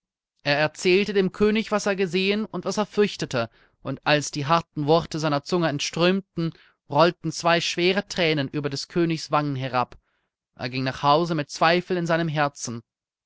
er erzählte dem könig was er gesehen und was er fürchtete und als die harten worte seiner zunge entströmten rollten zwei schwere thränen über des königs wangen herab er ging nach hause mit zweifel in seinem herzen